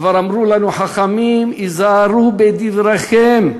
כבר אמרו לנו: חכמים, היזהרו בדבריכם,